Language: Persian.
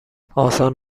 آسان